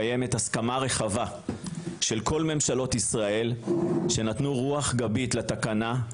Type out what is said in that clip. קיימת הסכמה רחבה של כל ממשלות ישראל שנתנו רוח גבית לתקנה,